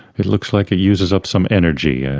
it looks like it uses up some energy. and